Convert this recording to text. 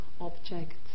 objects